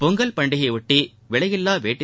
பொங்கல் பண்டிகையையொட்டி விலையில்வா வேட்டி